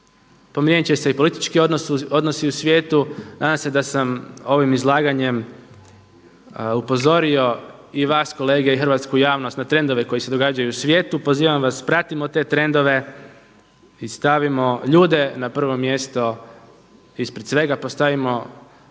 promijenit će se i politički odnosi u svijetu. Nadam se da sam ovim izlaganjem upozorio i vas kolege i hrvatsku javnost na trendove koji se događaju u svijetu, pozivam vas pratimo te trendove i stavimo ljude na prvo mjesto ispred svega postavimo,